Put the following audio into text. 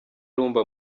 rumba